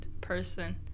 person